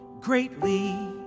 greatly